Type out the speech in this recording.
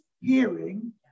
hearing